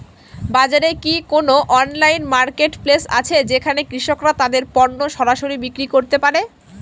বাজারে কি কোন অনলাইন মার্কেটপ্লেস আছে যেখানে কৃষকরা তাদের পণ্য সরাসরি বিক্রি করতে পারে?